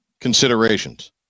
considerations